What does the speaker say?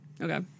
Okay